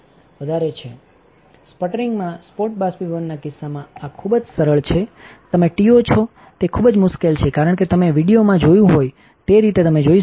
સ્પ્ટરિંગમાંસ્પોટ બાષ્પીભવનના કિસ્સામાં આ ખૂબ જ સરળ છેતમેટિઓછો તે ખૂબ જ મુશ્કેલ છે કારણ કે તમે વિડિઓમાંથી જોયું હોય તે રીતે તમે જોઈ શકો છો